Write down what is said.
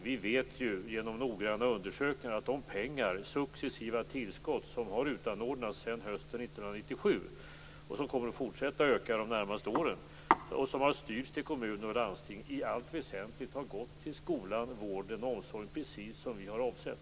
Vi vet ju genom noggranna undersökningar att de successiva tillskott som har utanordnats sedan hösten 1997, vilka kommer att fortsätta öka de närmaste åren och som har styrts till kommuner och landsting, i allt väsentligt har gått till skolan, vården och omsorgen, precis som vi har avsett.